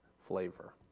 flavor